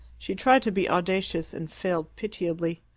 she tried to be audacious, and failed pitiably.